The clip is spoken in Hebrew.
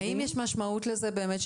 האם יש משמעות לזה באמת,